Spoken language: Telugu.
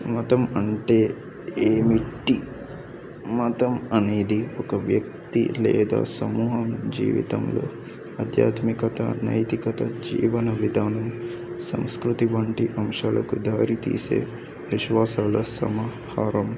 మతం అంటే ఏమిటి మతం అనేది ఒక వ్యక్తి లేదా సమూహం జీవితంలో ఆధ్యాత్మికత నైతికత జీవన విధానం సంస్కృతి వంటి అంశాలకు దారి తీసే విశ్వాసాల సమాహారం